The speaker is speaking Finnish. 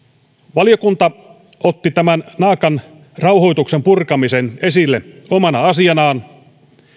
valiokunta otti tämän naakan rauhoituksen purkamisen esille omana asianaan